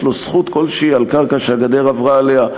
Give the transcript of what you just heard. לו זכות כלשהי על קרקע שהגדר עברה עליה,